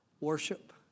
worship